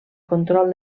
control